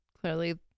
clearly